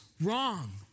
wrong